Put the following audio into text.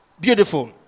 Beautiful